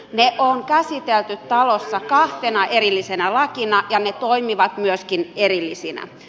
ne on käsitelty talossa kahtena erillisenä lakina ja ne toimivat myöskin erillisinä